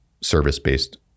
service-based